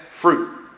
fruit